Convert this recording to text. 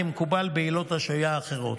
כמקובל בעילות השעיה אחרות.